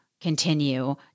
continue